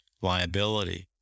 liability